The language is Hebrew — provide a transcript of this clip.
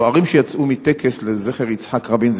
הצוערים שיצאו מטקס לזכר יצחק רבין,